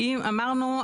אמרנו,